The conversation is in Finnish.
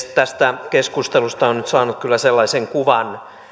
tästä keskustelusta on nyt saanut kyllä sellaisen kuvan